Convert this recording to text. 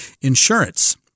insurance